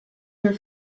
her